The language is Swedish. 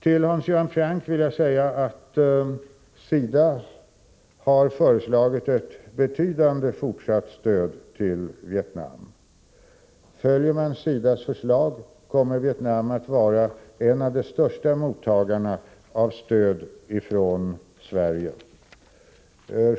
Till Hans Göran Franck vill jag säga att SIDA har föreslagit ett betydande fortsatt stöd till Vietnam. Följer man SIDA:s förslag kommer Vietnam att vara en av de största mottagarna av stöd från Sverige.